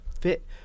fit